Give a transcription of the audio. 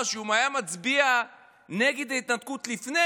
שאם הוא היה מצביע נגד ההתנתקות לפני,